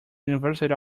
university